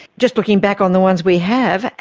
just looking back on the ones we have,